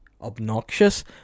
obnoxious